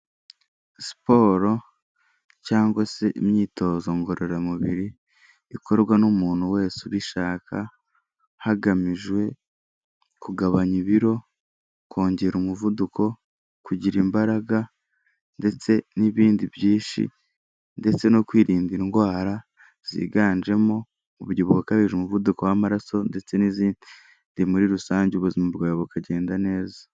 Siporo cyangwa se imyitozo ngororamubiri ikorwa n'umuntu wese ubishaka, hagamijwe kugabanya ibiro, kongera umuvuduko, kugira imbaraga ndetse n'ibindi byinshi ndetse no kwirinda indwara ziganjemo umubyiho ukabije, umuvuduko w'amaraso ndetse n'izindi muri rusange, ubuzima bwawe bukagenda neza.